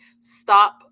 Stop